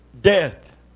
death